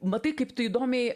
matai kaip tu įdomiai